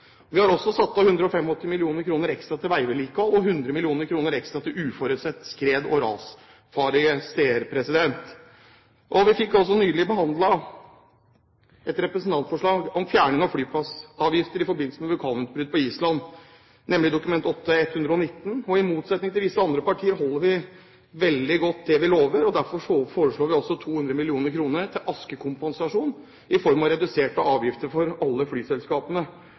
Vi har også satt av 185 mill. kr ekstra til veivedlikehold og 100 mill. kr ekstra til uforutsette utgifter i forbindelse med skred og ras. Vi behandlet nylig et representantforslag om fjerning av flyplassavgifter i forbindelse med vulkanutbruddet på Island, nemlig Dokument 8:119 S for 2009–2010, og i motsetning til visse andre partier holder vi det vi lover, og derfor foreslår vi også 200 mill. kr i askekompensasjon i form av reduserte avgifter for alle flyselskapene.